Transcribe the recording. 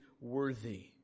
worthy